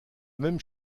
même